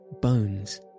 bones